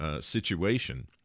situation